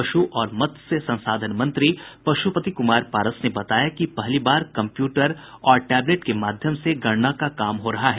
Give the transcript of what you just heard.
पश् और मत्स्य संसाधन मंत्री पशुपति कुमार पारस ने बताया कि पहली बार कम्प्यूटर और टैबलेट के माध्यम से गणना का काम हो रहा है